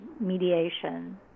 mediation